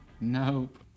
Nope